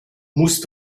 musst